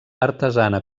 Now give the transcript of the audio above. artesana